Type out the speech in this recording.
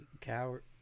Coward